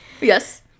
Yes